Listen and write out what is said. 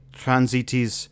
transitis